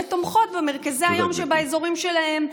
ותומכות במרכזי היום שבאזורים שלהם.